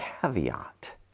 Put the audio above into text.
caveat